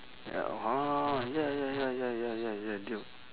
ya ya ya ya ya ya ya ya duke